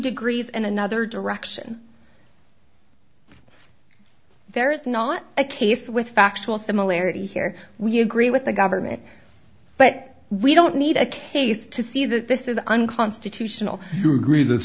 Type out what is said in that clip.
degrees in another direction there is not a case with factual similarity here we agree with the government but we don't need a case to see that this is unconstitutional you agree th